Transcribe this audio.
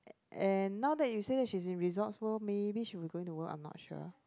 and and now that you say that she's in Resorts World maybe she was going to work I'm not sure